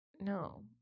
No